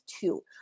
two